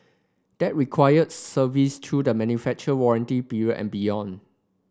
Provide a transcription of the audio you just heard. that require service through the manufacturer warranty period and beyond